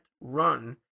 run